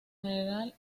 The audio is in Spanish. general